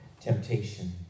temptation